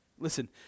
Listen